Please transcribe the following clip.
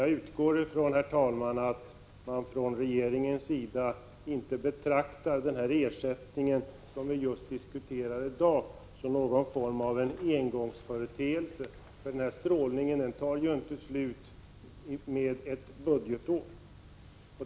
Jag utgår från att man från regeringens sida inte betraktar den ersättning som vi nu diskuterar som någon form av engångsföreteelse. Strålningen tar ju inte slut i och med ett budgetår.